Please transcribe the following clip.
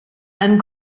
einem